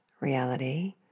reality